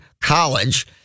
college